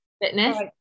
fitness